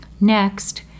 Next